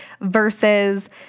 versus